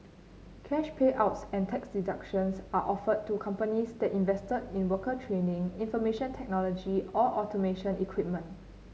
cash payouts and tax deductions are offered to companies that invest in worker training information technology or automation equipment